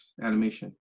animation